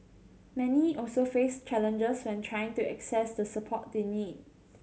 many also face challenges when trying to access the support they need